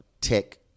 tech